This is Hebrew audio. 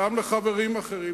כמו גם אחרים,